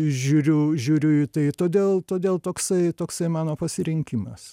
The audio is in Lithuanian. žiūriu žiūriu į tai todėl todėl toksai toksai mano pasirinkimas